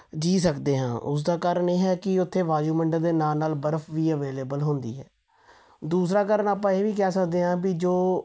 ਜੀਅ ਸਕਦੇ ਹਾਂ ਉਸਦਾ ਕਾਰਨ ਇਹ ਹੈ ਕਿ ਉੱਥੇ ਵਾਯੂਮੰਡਲ ਦੇ ਨਾਲ ਨਾਲ ਬਰਫ ਵੀ ਅਵੇਲੇਬਲ ਹੁੰਦੀ ਹੈ ਦੂਸਰਾ ਕਾਰਨ ਆਪਾਂ ਇਹ ਵੀ ਕਹਿ ਸਕਦੇ ਹਾਂ ਵੀ ਜੋ